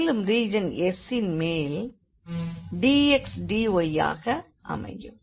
மேலும் region S ன் மேல் dx dyஆக அமையும்